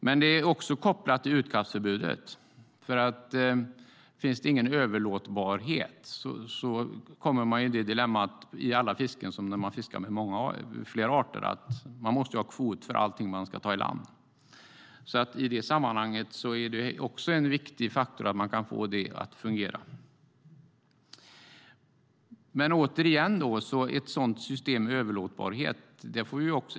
Men det är också kopplat till utkastförbudet. Om det inte finns någon överlåtbarhet får man det dilemma man får i alla fisken där man fiskar flera arter: Man måste ha kvoter för allt man tar i land. Det är en viktig faktor i sammanhanget att man kan få detta att fungera.